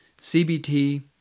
CBT